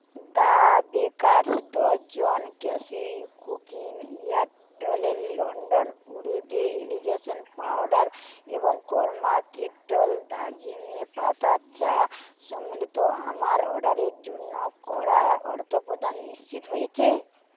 the baker's dozen cashew cookie Yardley London পুরুষদের elegance powder এবং Karma kettle দার্জিলিংএর পাতা চা সম্বলিত আমার অর্ডারের জন্য করা অর্থপ্রদান নিশ্চিত হয়েছে